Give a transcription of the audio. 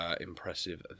impressive